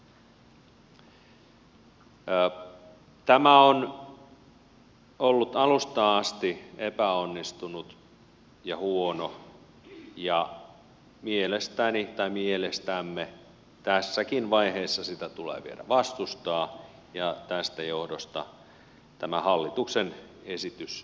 tämä on ollut alusta asti epäonnistunut ja huono ja mielestämme tässäkin vaiheessa sitä tulee vielä vastustaa ja tämän johdosta tämä hallituksen esitys tulisi hylätä